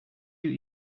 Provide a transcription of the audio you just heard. you